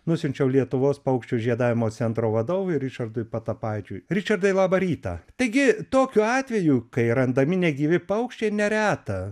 nusiunčiau lietuvos paukščių žiedavimo centro vadovui ričardui patapaičiui ričardai labą rytą taigi tokių atvejų kai randami negyvi paukščiai nereta